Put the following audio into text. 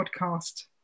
podcast